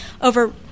Over